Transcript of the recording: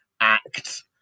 act